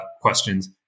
questions